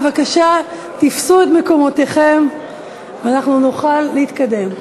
בבקשה, תפסו את מקומותיכם ואנחנו נוכל להתקדם.